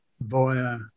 via